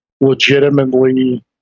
legitimately